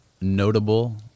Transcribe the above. notable